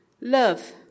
Love